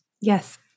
Yes